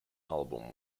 album